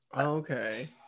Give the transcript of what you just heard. Okay